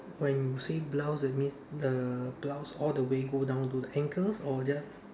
when you say blouse that means the blouse all the way go down to the ankles or just